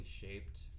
shaped